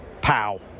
Pow